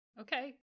Okay